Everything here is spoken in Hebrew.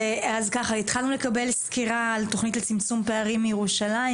התחלנו לקבל סקירה על התכנית לצמצום פערים בירושלים,